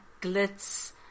glitz